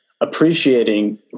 appreciating